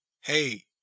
hey